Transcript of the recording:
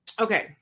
okay